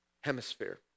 hemisphere